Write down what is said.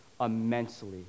immensely